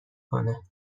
کنه